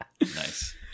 Nice